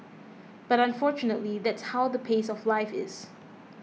but unfortunately that's how the pace of life is